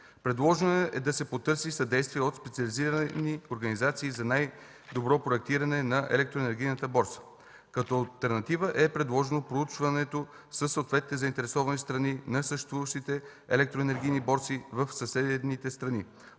Предложено е да се потърси съдействие от специализирани организации за най-добро проектиране на електроенергийната борса. Като алтернатива е предложено проучването със съответните заинтересовани страни на съществуващите електроенергийни борси в съседните страни.